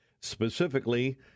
Specifically